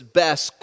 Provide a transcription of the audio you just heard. best